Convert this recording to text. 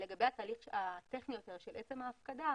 לגבי התהליך הטכני יותר של עצם ההפקדה,